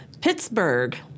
Pittsburgh